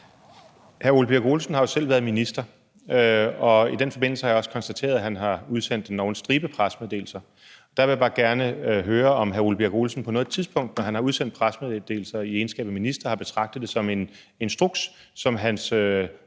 Hr. Ole Birk Olesen har jo selv været minister, og i den forbindelse har jeg også konstateret, at han har udsat endog en stribe pressemeddelelser, og der vil jeg bare gerne høre, om hr. Ole Birk Olesen på noget tidspunkt, når han har udsendt pressemeddelelser i egenskab af minister, har betragtet det som en instruks, som hans